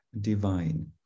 divine